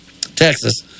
Texas